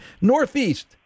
Northeast